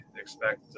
expect